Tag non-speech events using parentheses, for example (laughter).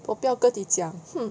我不要跟你讲 (noise)